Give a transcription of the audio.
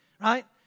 Right